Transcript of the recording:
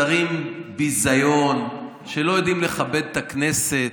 שרים ביזיון, שלא יודעים לכבד את הכנסת,